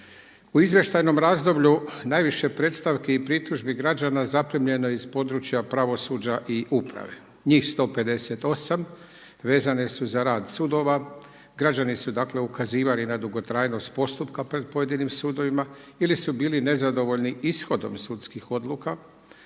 U izvještajnom razdoblju najviše predstavki i pritužbi građana zaprimljeno je iz područja pravosuđa i uprave, njih 158, vezane su za rad sudova. Građani su dakle ukazivali na dugotrajnost postupka pred pojedinim sudovima ili su bili nezadovoljni ishodom sudskih odlukama,